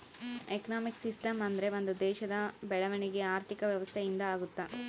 economic system ಅಂದ್ರೆ ಒಂದ್ ದೇಶದ ಬೆಳವಣಿಗೆ ಆರ್ಥಿಕ ವ್ಯವಸ್ಥೆ ಇಂದ ಆಗುತ್ತ